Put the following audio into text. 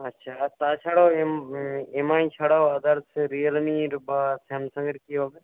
আচ্ছা আর তাছাড়াও এম এমআই ছাড়াও আদার্স রিয়েলমি বা স্যামসাংয়ের কী হবে